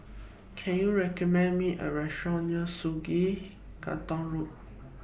Can YOU recommend Me A Restaurant near Sungei Gedong Road